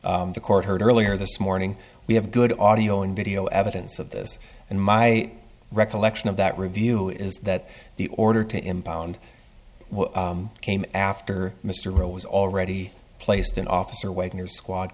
case the court heard earlier this morning we have good audio and video evidence of this and my recollection of that review is that the order to impound came after mr rowe was already placed an officer wait in your squad